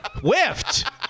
whiffed